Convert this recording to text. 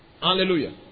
Hallelujah